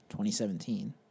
2017